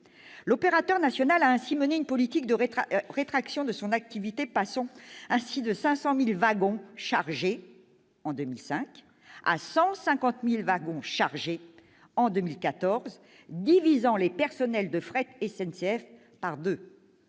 L'opérateur national a ainsi mené une politique de rétraction de son activité, passant de 500 000 wagons chargés en 2005 à 150 000 wagons chargés en 2014, divisant les effectifs de Fret SNCF par deux.